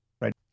Right